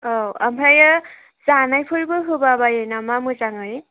औ ओमफ्रायो जानायफोरबो होबायबायो नामा मोजाङै